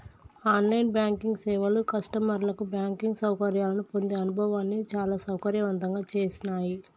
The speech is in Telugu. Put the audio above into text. ఆన్ లైన్ బ్యాంకింగ్ సేవలు కస్టమర్లకు బ్యాంకింగ్ సౌకర్యాలను పొందే అనుభవాన్ని చాలా సౌకర్యవంతంగా చేసినాయ్